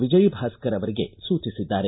ವಿಜಯಭಾಸ್ಕರ್ ಅವರಿಗೆ ಸೂಚಿಸಿದ್ದಾರೆ